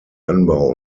anbau